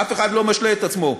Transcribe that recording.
אף אחד לא משלה את עצמו.